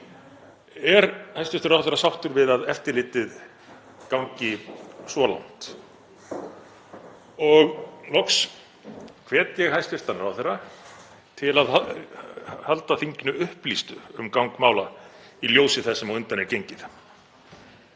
Er hæstv. ráðherra sáttur við að eftirlitið gangi svo langt? Loks hvet ég hæstv. ráðherra til að halda þinginu upplýstu um gang mála í ljósi þess sem á undan er gengið.